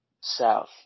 South